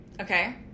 Okay